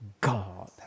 God